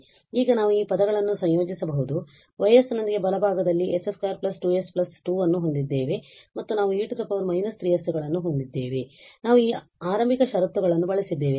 ಆದ್ದರಿಂದ ಈಗ ನಾವು ಈ ಪದಗಳನ್ನು ಸಂಯೋಜಿಸಬಹುದು ಆದ್ದರಿಂದ Y ನೊಂದಿಗೆ ಬಲಭಾಗದಲ್ಲಿ s 2 2s 2 ಅನ್ನು ಹೊಂದಿದ್ದೇವೆ ಮತ್ತು ನಾವು e −3s ಗಳನ್ನು ಹೊಂದಿದ್ದೇವೆ ಮತ್ತು ನಾವು ಈ ಆರಂಭಿಕ ಷರತ್ತುಗಳನ್ನು ಬಳಸಿದ್ದೇವೆ